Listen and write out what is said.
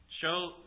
show